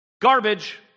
garbage